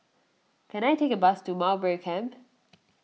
can I take a bus to Mowbray Camp